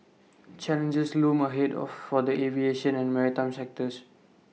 challenges loom ahead of for the aviation and maritime sectors